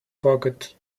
pocket